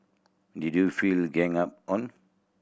did you feel ganged up on